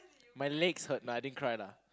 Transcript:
my legs hurt nah I didn't cry lah